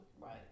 Right